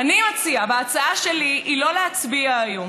אני מציעה, ההצעה שלי היא לא להצביע היום